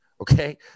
okay